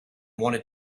wanted